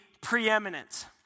preeminent